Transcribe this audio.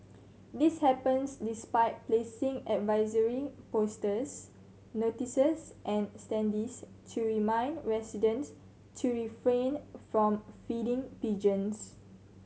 this happens despite placing advisory posters notices and standees to remind residents to refrain from feeding pigeons